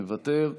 מוותר,